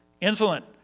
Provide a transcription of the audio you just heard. insolent